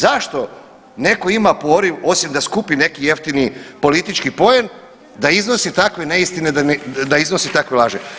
Zašto neko ima poriv osim da skupi neki jeftini politički poen da iznosi takve neistine i da iznosi takve laži.